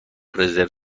رزرو